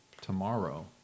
tomorrow